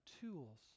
tools